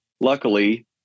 luckily